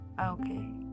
okay